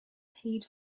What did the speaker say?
paid